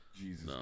Jesus